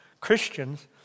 Christians